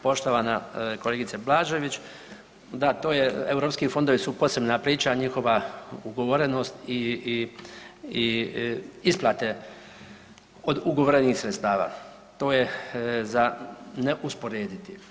Poštovana kolegice Blažević, da to je europski fondovi su posebna priča njihova ugovorenost i isplate od ugovorenih sredstava, to je za ne usporediti.